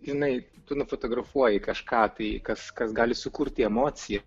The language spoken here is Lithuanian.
žinai tu nufotografuoji kažką tai kas kas gali sukurti emociją